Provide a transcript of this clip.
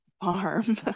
farm